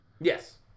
Yes